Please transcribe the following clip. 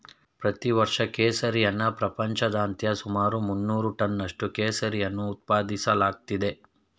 ಪ್ರತಿ ವರ್ಷ ಕೇಸರಿಯನ್ನ ಪ್ರಪಂಚಾದ್ಯಂತ ಸುಮಾರು ಮುನ್ನೂರು ಟನ್ನಷ್ಟು ಕೇಸರಿಯನ್ನು ಉತ್ಪಾದಿಸಲಾಗ್ತಿದೆ